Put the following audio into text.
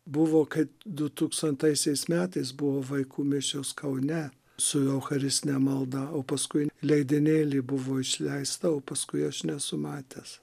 buvo kai du tūkstantaisiais metais buvo vaikų mišios kaune su eucharistine malda o paskui leidinėly buvo išleista o paskui aš nesu matęs